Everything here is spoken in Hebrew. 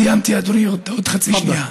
סיימתי, אדוני, עוד חצי שנייה.